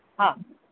हा